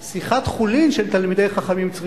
הרב הרשקוביץ יודע,